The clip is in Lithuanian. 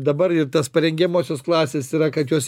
dabar ir tas parengiamosios klasės yra kad juos